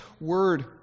Word